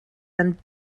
and